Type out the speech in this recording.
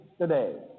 today